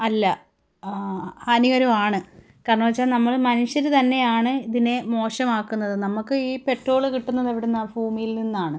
അല്ല ഹാനികരമാണ് കാരണം എന്ന് വെച്ചാൽ നമ്മൾ മനുഷ്യർ തന്നെയാണ് ഇതിനെ മോശമാക്കുന്നത് നമുക്ക് ഈ പെട്രോള് കിട്ടുന്നത് എവിടുന്നാണ് ഭൂമിയിൽ നിന്നാണ്